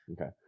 Okay